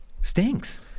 stinks